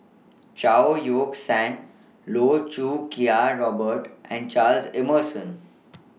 Chao Yoke San Loh Choo Kiat Robert and Charles Emmerson